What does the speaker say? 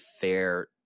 fair